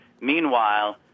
Meanwhile